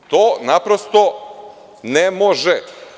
To, naprosto, ne može.